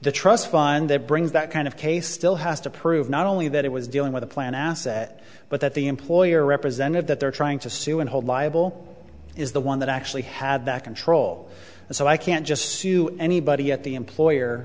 the trust fund that brings that kind of case still has to prove not only that it was dealing with a plan asset but that the employer represented that they're trying to sue and hold liable is the one that actually had that control so i can't just sue anybody at the employer